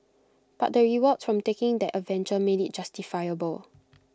but the rewards from taking that adventure made IT justifiable